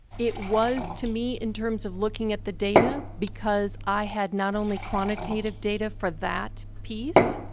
it was to me, in terms of looking at the data, because i had not only quantitative data for that piece,